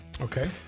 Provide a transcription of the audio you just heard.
Okay